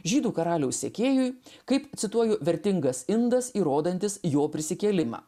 žydų karaliaus sekėjui kaip cituoju vertingas indas įrodantis jo prisikėlimą